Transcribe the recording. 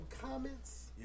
comments